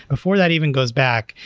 before that even goes back,